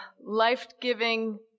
life-giving